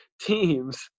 teams